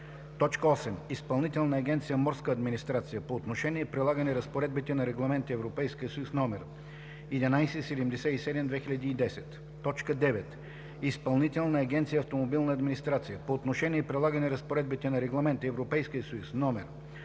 8. Изпълнителна агенция „Морска администрация“ – по отношение прилагане разпоредбите на Регламент (ЕС) № 1177/2010; 9. Изпълнителна агенция „Автомобилна администрация'' – по отношение прилагане разпоредбите на Регламент (ЕС) № 181/2011